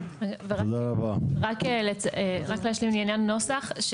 רק להשלים לעניין נוסח.